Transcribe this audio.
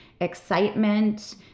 excitement